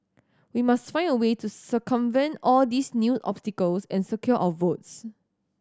we must find a way to circumvent all these new obstacles and secure our votes